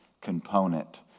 component